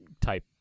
type